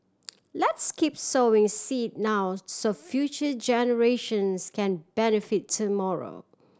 let's keep sowing seed now so future generations can benefit tomorrow